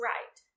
Right